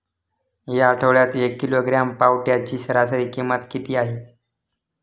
या आठवड्यात एक किलोग्रॅम पावट्याची सरासरी किंमत किती आहे?